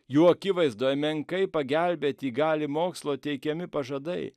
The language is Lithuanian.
jų akivaizdoje menkai pagelbėti gali mokslo teikiami pažadai